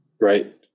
right